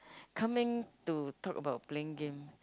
coming to talk about playing game